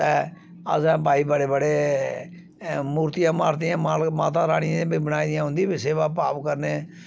ते असें भाई बड़े बड़े मुर्तियां मार्तियां माता रानी दी बनाई दी उं'दी बी सेवा भाव करने